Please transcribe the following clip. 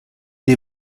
des